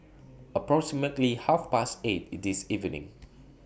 approximately Half Past eight This evening